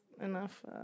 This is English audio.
enough